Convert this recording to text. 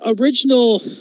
original